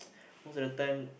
most of the time